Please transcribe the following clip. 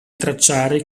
tracciare